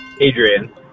Adrian